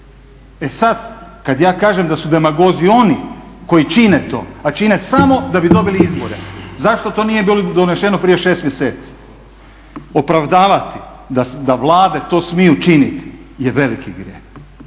E sad kad ja kažem da su demagozi oni koji čine to, a čine samo da bi dobili izbore. Zašto to nije bilo donešeno prije 6 mjeseci? Opravdavati da Vlade to smiju činiti je veliki grijeh